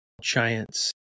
giants